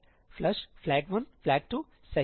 'flushFlag1Flag2'सही